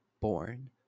born